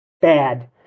bad